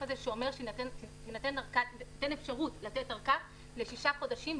הזה שאומר שתהיה אפשרות לתת ארכה לשישה חודשים,